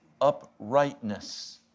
uprightness